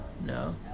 No